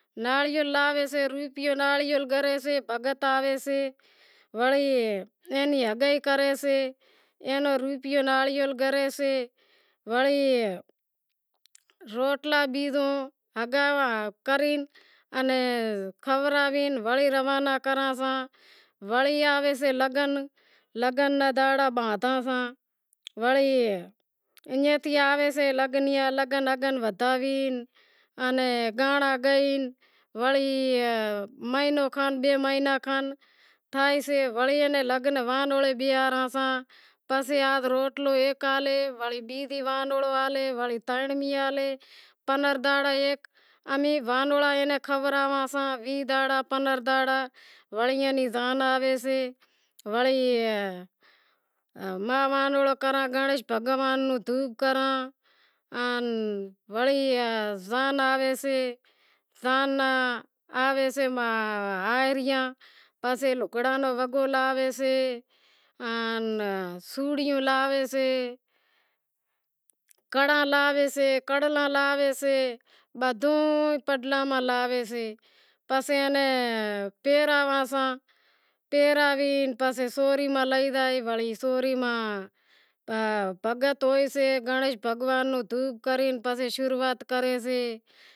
ناڑیل لاوے سے روپیو ناڑیل کرے سے بھگت آوے سے وڑے اینی ہگائی کری سے اینو روپیو ناڑیل کرے سے وڑی روٹلا بیزو ہگاوی کری انیں کھورائی وری روانا کراں سان وڑی آوی سے لگن لگن را دہاڑا باندہاں ساں وڑی ایئں تھی آوے سے لگن بدہاوی انیں گانڑا گائی وڑی مہینو کھن بئے مہینا کھن تھائسے وڑی اینے لگن بہاڑساں وڑی روٹلو آلے وڑی بیزو آلے وڑی ترن آلے پنر ڈان ایک امیں وانوڑا ایئے نی کھوڑاساں ویہہ دہاڑا پنر دہاڑا وڑی ایئے نی زان آویسے وڑے گنڑیش بھگوان رو دھوپ کراں آن وڑی زان آوے سے زان ناں آوے سے ہاہریاں پسے لگڑاں نو وگو لاوے سے آن سوڑیوں لاوے سے کڑا لاوے سے کڑ؛ لا لاوے سے بدہوں پڈڑاں ماں لاوے سے پسے امیں پہراواں ساں پہراوی پسے سوری ماں لے زائی پسے سوری میں بھگت ہوئیسے گنڑیش بھگوان رو دھوپ کرے پسے شروعات کرے سے